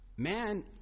man